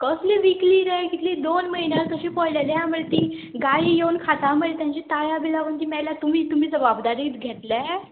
कसली विकली रे कितली दोन म्हयन्या कशी पडलेलें हा मरे तीं गायी येवन खाता मरे तांची ताळा बी लागून ती मेल्या तुमी तुमी जबाबदारी घेतले